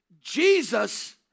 Jesus